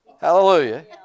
Hallelujah